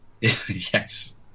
Yes